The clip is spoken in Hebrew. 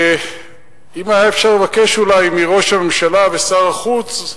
ואם היה אפשר לבקש אולי מראש הממשלה ומשר החוץ,